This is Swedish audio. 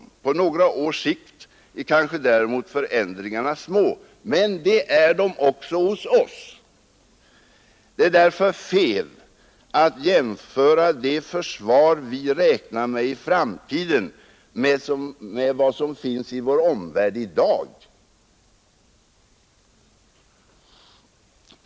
På några års sikt är kanske däremot förändringarna små, men det är de också hos oss. Det är därför fel att jämföra det försvar vi räknar med i framtiden med vad som finns i vår omvärld i dag.